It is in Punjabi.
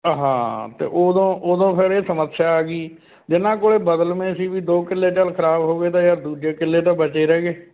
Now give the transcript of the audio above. ਹਾਂ ਅਤੇ ਉਦੋਂ ਉਦੋਂ ਫੇਰ ਇਹ ਸਮੱਸਿਆ ਆ ਗਈ ਜਿਨ੍ਹਾਂ ਕੋਲ ਬਦਲਵੇਂ ਸੀ ਵੀ ਦੋ ਕਿੱਲੇ ਚਲ ਖਰਾਬ ਹੋ ਗਏ ਤਾਂ ਯਾਰ ਦੂਜੇ ਕਿੱਲੇ ਤਾਂ ਬਚੇ ਰਹਿ ਗਏ